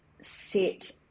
set